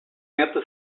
senta